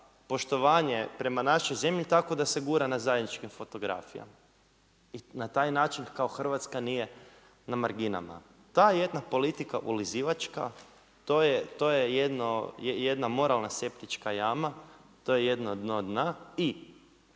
poštovanje prema našoj zemlji tako da se gura na zajedničkim fotografijama i na taj način kao Hrvatska nije na marginama. Ta jedna politika ulizivačka to je jedna moralna septička jama, to je jedno dno dna.